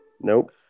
Nope